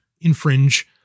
infringe